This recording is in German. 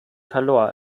verlor